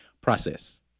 process